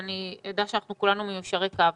אני רוצה שאנחנו כולנו מיושרי קו.